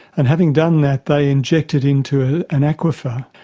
and having done that they inject it into ah an aquifer,